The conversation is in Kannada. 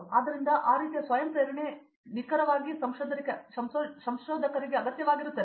ಆದ್ದರಿಂದ ಆ ರೀತಿಯ ಸ್ವಯಂ ಪ್ರೇರಣೆ ಎಂಬುದು ನಿಖರವಾಗಿ ಸಂಶೋಧಕರಿಗೆ ಅಗತ್ಯವಾಗಿರುತ್ತದೆ